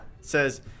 Says